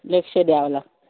लक्ष द्यायला